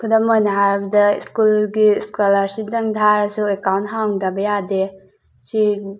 ꯈꯨꯗꯝ ꯑꯣꯏꯅ ꯍꯥꯏꯔꯕꯗ ꯁ꯭ꯀꯨꯜꯒꯤ ꯁ꯭ꯀꯣꯂꯥꯔꯁꯤꯞꯇꯪ ꯊꯥꯔꯁꯨ ꯑꯦꯛꯀꯥꯎꯟ ꯍꯥꯡꯗꯕ ꯌꯥꯗꯦ ꯁꯤ